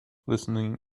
listening